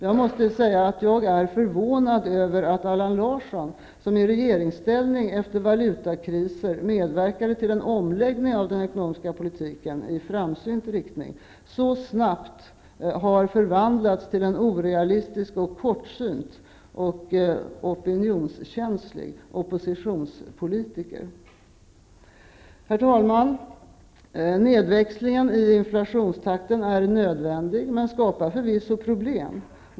Jag måste säga att jag är förvånad över att Allan Larsson -- som i regeringsställning efter valutakriser medverkade till en omläggning av den ekonomiska politiken i framsynt riktning -- så snabbt har förvandlats till en orealistisk och kortsynt och opinionskänslig oppositionspolitiker. Herr talman! Nedväxlingen i inflationstakten är nödvändig men skapar förvisso problem.